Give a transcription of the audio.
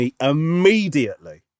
immediately